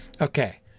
Okay